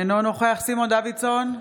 אינו נוכח סימון דוידסון,